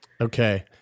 Okay